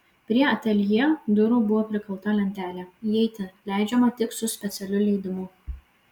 prie ateljė durų buvo prikalta lentelė įeiti leidžiama tik su specialiu leidimu